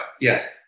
yes